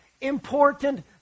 important